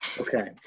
okay